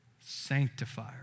sanctifier